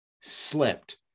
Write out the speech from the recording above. slipped